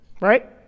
right